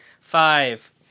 Five